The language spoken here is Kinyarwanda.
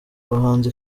abahanzi